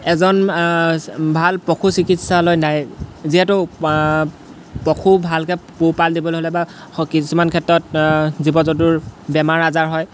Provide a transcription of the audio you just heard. এজন ভাল পশু চিকিৎসালয় নাই যিহেতু পশু ভালকৈ পোহপাল দিবলৈ হ'লে বা কিছুমান ক্ষেত্ৰত জীৱ জন্তুৰ বেমাৰ আজাৰ হয়